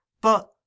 But